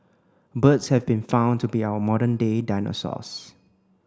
birds have been found to be our modern day dinosaurs